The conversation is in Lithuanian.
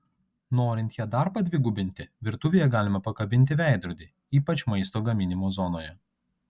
norint ją dar padvigubinti virtuvėje galima pakabinti veidrodį ypač maisto gaminimo zonoje